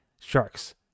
Sharks